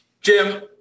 Jim